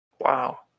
Wow